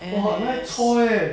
N_S